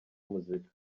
muzika